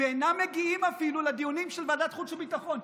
ואינם מגיעים אפילו לדיונים של ועדת החוץ והביטחון,